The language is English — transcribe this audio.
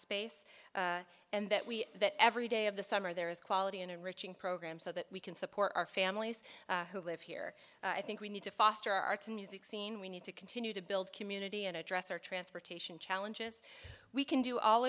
space and that we that every day of the summer there is quite and rich in programs so that we can support our families who live here i think we need to foster arts and music scene we need to continue to build community and address our transportation challenges we can do all